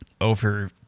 over